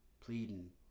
pleading